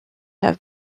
have